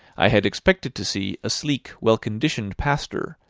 i had expected to see a sleek, well-conditioned pastor,